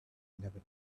never